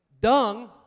dung